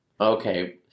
Okay